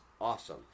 awesome